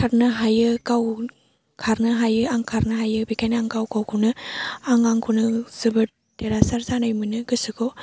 खारनो हायो गाव खारनो हायो आं खारनो हायो बेखायनो आं गाव गावखौनो आं आंखौनो जोबोद देरहासार जानाय मोनो गोसोखौ